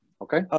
Okay